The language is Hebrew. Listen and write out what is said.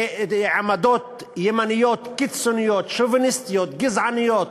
לעמדות ימניות קיצוניות, שוביניסטיות, גזעניות,